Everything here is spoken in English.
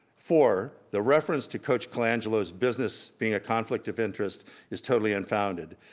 four, the reference to coach colangelo's business being a conflict of interest is totally unfounded.